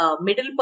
middle